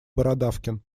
бородавкин